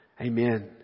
Amen